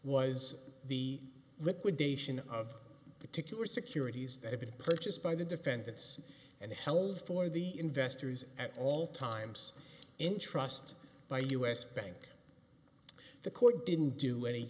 was the liquidation of particular securities that had been purchased by the defendants and held for the investors at all times in trust by u s bank the court didn't do any